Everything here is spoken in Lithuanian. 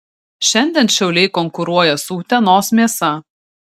šiandien šiauliai konkuruoja su utenos mėsa